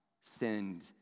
Send